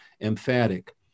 emphatic